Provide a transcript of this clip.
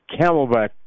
camelback